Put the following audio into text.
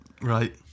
Right